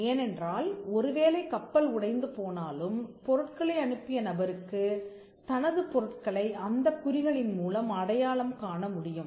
ஏனென்றால் ஒருவேளை கப்பல் உடைந்து போனாலும் பொருட்களை அனுப்பிய நபருக்குத் தனது பொருட்களை அந்தக் குறிகளின் மூலம் அடையாளம் காணமுடியும்